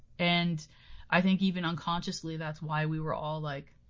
and i think even unconsciously, that's why we were all like,